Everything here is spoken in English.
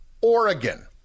Oregon